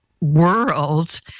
world